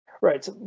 Right